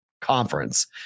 conference